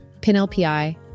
PinLPI